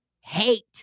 hate